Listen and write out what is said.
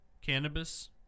cannabis